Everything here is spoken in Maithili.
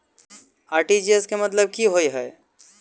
आर.टी.जी.एस केँ मतलब की होइ हय?